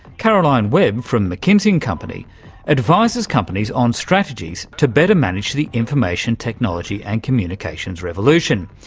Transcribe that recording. caroline webb from mckinsey and company advises companies on strategies to better manage the information technology and communications revolution.